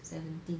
seventeen